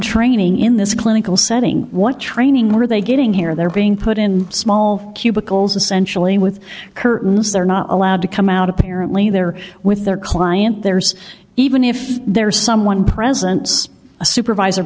training in this clinical setting what training were they getting here they're being put in small cubicles essentially with curtains they're not allowed to come out apparently there with their client there's even if there's someone presents a supervisor